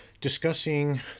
discussing